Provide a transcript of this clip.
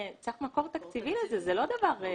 צריך מקור תקציבי לזה, זה לא דבר כל כך פשוט.